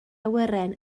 awyren